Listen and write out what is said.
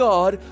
God